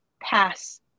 pass